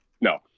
No